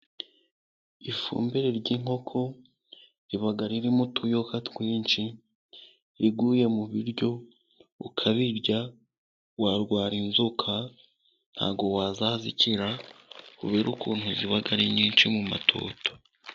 Ifumbire y'inkoko riba ririmo utuyoka twinshi, riguye mu biryo ukabirya warwara inzoka ntago wazazikira. Kubere ukuntu ziba ari nyinshi mu matoto.